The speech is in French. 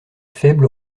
faible